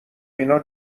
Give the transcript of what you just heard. اینا